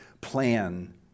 plan